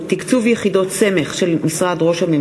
קביעת מספר ימי אבל),